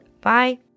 bye